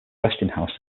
westinghouse